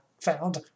found